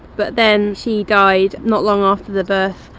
but then she died not long after the birth,